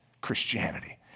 Christianity